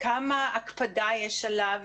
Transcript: כמה הקפדה יש עליו.